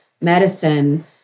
medicine